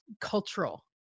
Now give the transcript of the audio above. cultural